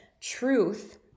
truth